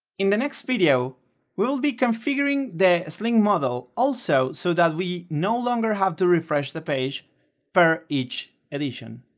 in the next video we will be configuring the sling model also so that we no longer have to refresh the page per each edition